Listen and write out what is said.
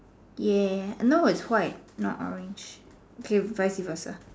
ya no it's white not orange okay vice versa